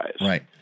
right